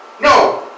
No